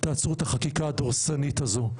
תעצרו את החקיקה הדורסנית הזו,